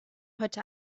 heute